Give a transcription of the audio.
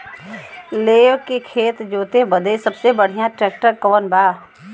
लेव के खेत जोते बदे सबसे बढ़ियां ट्रैक्टर कवन बा?